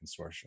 consortium